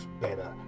better